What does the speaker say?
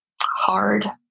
hard